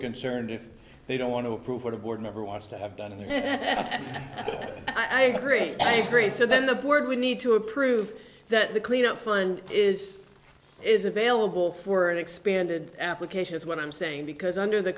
concerned if they don't want to approve what a board member wants to have done i agree that a very so then the board would need to approve that the cleanup fund is is available for an expanded application is what i'm saying because under the